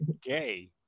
gay